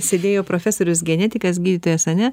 sėdėjo profesorius genetikas gydytojas ane